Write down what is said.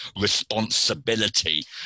responsibility